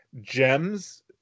gems